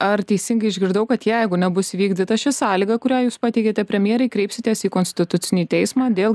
ar teisingai išgirdau kad jeigu nebus įvykdyta ši sąlyga kurią jūs pateikėte premjerei kreipsitės į konstitucinį teismą dėl